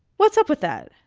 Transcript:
what's up with that?